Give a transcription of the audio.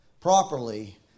properly